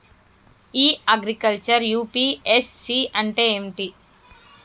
ఇ agriculture UPSC అంటే ఏమిటి?